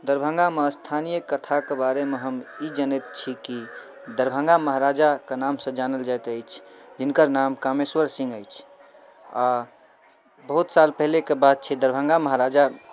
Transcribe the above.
दरभङ्गामे स्थानीय कथाके बारेमे हम ई जनैत छी कि दरभङ्गा महाराजाके नामसँ जानल जाइत अछि जिनकर नाम कामेश्वर सिंह अछि आओर बहुत साल पहिलेके बात छै दरभङ्गा महाराजा